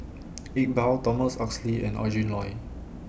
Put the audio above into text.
Iqbal Thomas Oxley and Adrin Loi